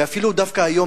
ואפילו דווקא היום,